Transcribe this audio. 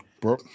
Bro